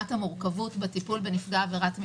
את המורכבות בטיפול בנפגע עבירת מין באותו שלב,